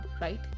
right